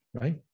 right